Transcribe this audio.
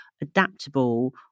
adaptable